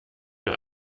mir